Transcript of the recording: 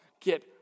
get